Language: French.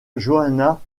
johanna